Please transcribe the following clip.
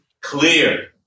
clear